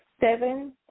seven